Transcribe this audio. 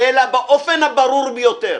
אלא באופן הברור ביותר.